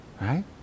Right